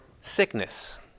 sickness